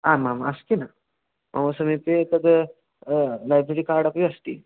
आमाम् अस्ति न मम समीपे तद् लैब्ररि कार्ड् अपि अस्ति